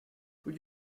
would